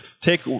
Take